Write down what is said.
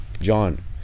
John